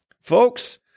Folks